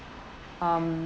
um